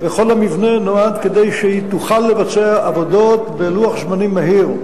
וכל המבנה נוצר כדי שהיא תוכל לבצע עבודות בלוח זמנים מהיר,